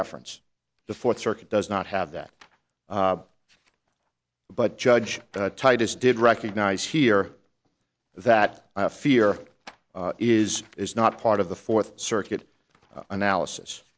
deference the fourth circuit does not have that but judge titus did recognize here that fear is is not part of the fourth circuit analysis